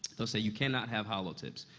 they'll say, you cannot have hollow tips.